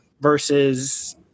versus